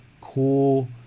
cool